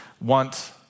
want